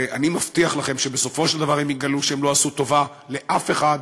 אני מבטיח לכם שבסופו של דבר הם יגלו שהם לא עשו טובה לאף אחד,